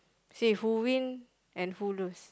see who win and who lose